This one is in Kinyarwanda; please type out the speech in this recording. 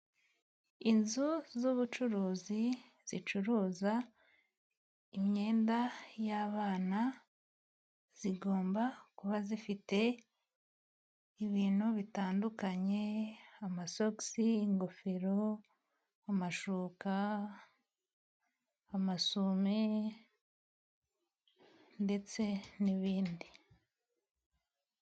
Inzu z' ubucuruzi zicuruza imyenda y' abana zigomba, kuba zifite ibintu bitandukanye; amasogisi, ingofero, amashuka, amasume ndetse n' ibindi.